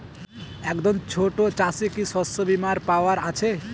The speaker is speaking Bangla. একজন ছোট চাষি কি শস্যবিমার পাওয়ার আছে?